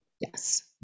Yes